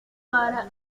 para